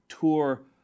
tour